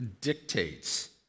dictates